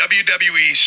wwe